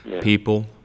people